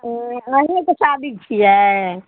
ओ अहिके शादी छियै